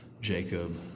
Jacob